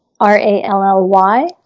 r-a-l-l-y